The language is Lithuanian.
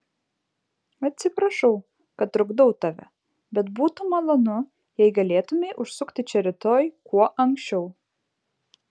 atsiprašau kad trukdau tave bet būtų malonu jei galėtumei užsukti čia rytoj kuo anksčiau